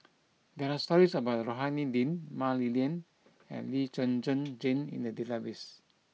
there are stories about Rohani Din Mah Li Lian and Lee Zhen Zhen Jane in the database